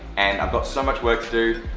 and i've got so much work to do,